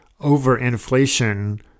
overinflation